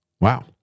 Wow